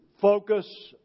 focus